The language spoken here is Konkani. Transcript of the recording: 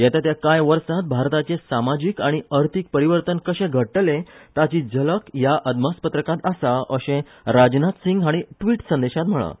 येता त्या कांय वर्सांत भारताचें समाजीक आनी अर्थीक परिवर्तन कशें घडयतले ताची झलक ह्या अदमासपत्रकांत आसा अशें राजनाथ सिंह हांणी ट्रिट संदेशांत म्हळां